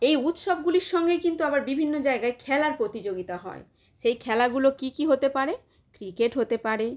এই উৎসবগুলির সঙ্গে কিন্তু আবার বিভিন্ন জায়গায় খেলার প্রতিযোগিতা হয় সেই খেলাগুলো কি কি হতে পারে ক্রিকেট হতে পারে